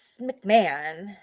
McMahon